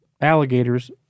alligators